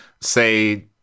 Say